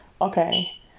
okay